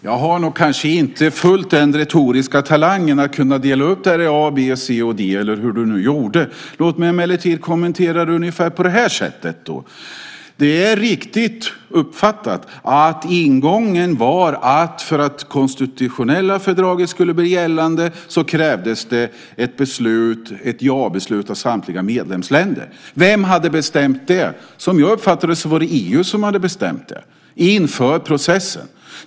Fru talman! Jag har nog inte den retoriska talangen att kunna dela upp det här i A, B, C och D eller hur du gjorde. Låt mig emellertid kommentera det ungefär på det här sättet. Det är riktigt uppfattat att ingången var att för att det konstitutionella fördraget skulle bli gällande krävdes det ett ja-beslut av samtliga medlemsländer. Vem hade bestämt det? Som jag uppfattar det var det EU som hade bestämt det inför processen.